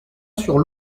sur